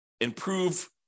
improve